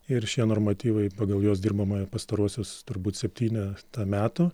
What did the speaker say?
ir šie normatyvai pagal juos dirbama jau pastaruosius turbūt septynetą metų